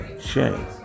shame